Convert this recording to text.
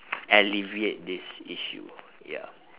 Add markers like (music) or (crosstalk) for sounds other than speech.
(noise) alleviate this issue ya